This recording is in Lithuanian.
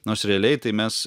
nors realiai tai mes